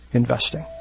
investing